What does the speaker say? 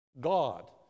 God